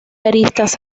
aristas